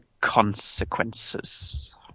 consequences